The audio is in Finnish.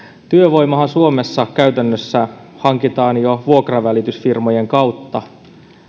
työvoimahan suomessa käytännössä hankitaan jo vuokratyöfirmojen kautta